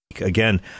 Again